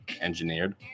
engineered